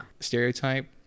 stereotype